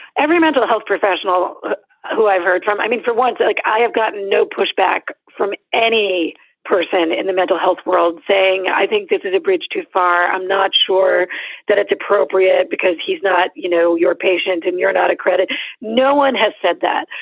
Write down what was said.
every mental health professional who i've heard from, i mean, for once like i have gotten no pushback from any person in the mental health world saying i think this is a bridge too far i'm not sure that it's appropriate because he's not, you know, your patient and you're not a credit no one has said that.